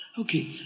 Okay